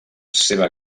seva